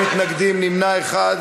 יוסי יונה,